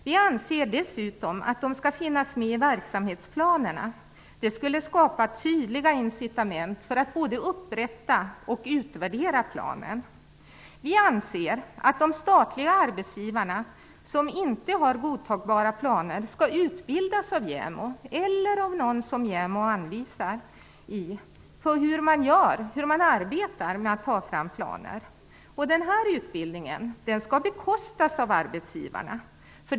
Vi anser dessutom att de skall finnas med i verksamhetsplanerna. Det skulle skapa tydliga incitament för att både upprätta och utvärdera planen. Vi anser att de statliga arbetsgivare som inte har godtagbara planer skall utbildas av JämO, eller av någon som JämO anvisar, i hur man arbetar med att ta fram planer. Den utbildningen skall bekostas av arbetsgivarna.